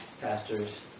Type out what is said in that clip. pastors